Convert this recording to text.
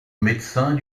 médecins